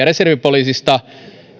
reservipoliisista